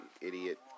idiot